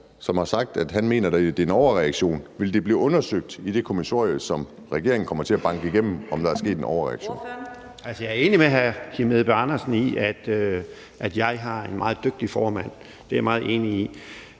som har sagt, at han mener, at det er en overreaktion. Vil det blive undersøgt i det kommissorium, som regeringen kommer til at banke igennem, om der er sket en overreaktion? Kl. 18:04 Fjerde næstformand (Karina Adsbøl): Ordføreren. Kl. 18:04 Henrik Frandsen (M): Jeg er enig